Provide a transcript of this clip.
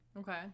Okay